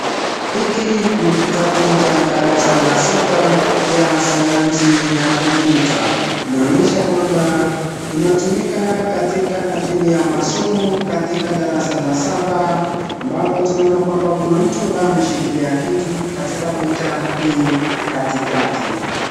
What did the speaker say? Hiki ni kitabu cha darasa la saba ya sayansi ya kompyuta. Inaonyesha ya kwamba inatumika katika ajili ya masomo katika darasa la saba ambapo tunaona kuwa kuna mtu ambaye ameshikilia kitu katika picha hii katikati.